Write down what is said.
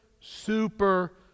super